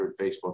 facebook